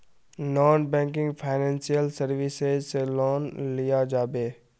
Non banking financial services से loan लिया जाबे?